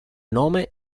nome